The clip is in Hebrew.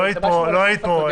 לא היית פה.